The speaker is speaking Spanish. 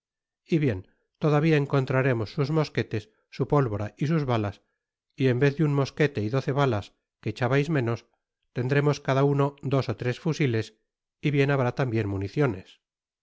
y bien todavia encontraremos sus mosquetes su pólvora y sus balas y en vez de un mosquete y doce balas que echabais menos tendremos cada uno dos ó tres fusiles y bien habrá tambien municiones